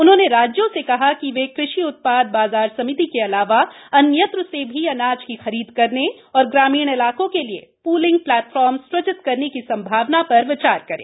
उन्होंने राज्यों से कहा कि वे कृषि उत्पाद बाजार समिति के अलावा अन्यत्र से भी अनाज की खरीद करने और ग्रामीण इलाकों के लिये प्रलिंग प्लेटफार्म सुजित करने की सम्भावना शर विचार करें